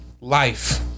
Life